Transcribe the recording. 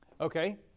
Okay